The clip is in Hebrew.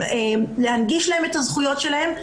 להנגיש להם את הזכויות שלהם.